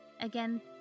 Again